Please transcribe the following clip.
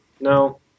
no